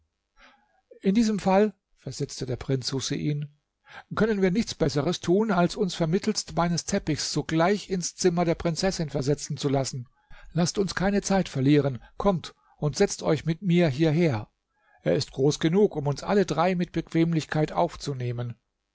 in diesem fall versetzte der prinz husein können wir nichts besseres tun als uns vermittelst meines teppichs sogleich ins zimmer der prinzessin versetzen zu lassen laßt uns keine zeit verlieren kommt und setzt euch mit mir hierher er ist groß genug um uns alle drei mit bequemlichkeit aufzunehmen